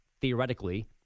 theoretically